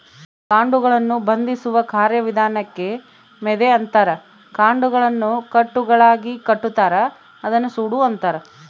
ಕಾಂಡಗಳನ್ನು ಬಂಧಿಸುವ ಕಾರ್ಯವಿಧಾನಕ್ಕೆ ಮೆದೆ ಅಂತಾರ ಕಾಂಡಗಳನ್ನು ಕಟ್ಟುಗಳಾಗಿಕಟ್ಟುತಾರ ಅದನ್ನ ಸೂಡು ಅಂತಾರ